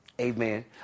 Amen